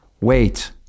wait